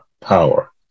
power